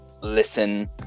listen